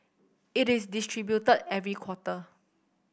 it is distributed every quarter